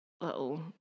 little